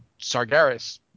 Sargeras